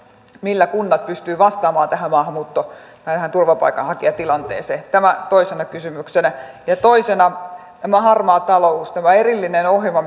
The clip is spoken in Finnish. millä kunnat pystyvät vastaamaan tähän maahanmuutto ja turvapaikanhakijatilanteeseen tämä toisena kysymyksenä toisena tämä harmaa talous tämä erillinen ohjelma